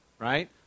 right